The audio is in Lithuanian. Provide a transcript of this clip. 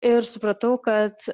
ir supratau kad